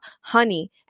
honey